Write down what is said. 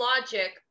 logic